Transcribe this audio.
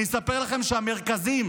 אני אספר לכם שהמרכזים,